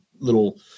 little